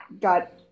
got